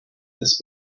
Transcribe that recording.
this